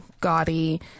gaudy